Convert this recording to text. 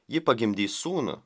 ji pagimdys sūnų